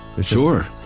Sure